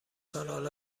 کانال